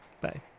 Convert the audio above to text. Bye